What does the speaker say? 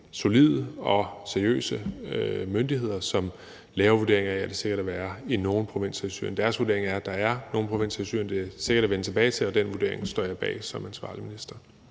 solide og seriøse myndigheder; de laver vurderinger af, om det er sikkert at være i nogle provinser i Syrien. Deres vurdering er, at der er nogle provinser i Syrien, som det er sikkert at vende tilbage til, og den vurdering står jeg bag som ansvarlig minister.